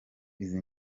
izi